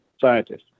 scientists